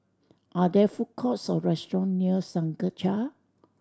are there food courts or restaurant near Senja